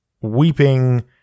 weeping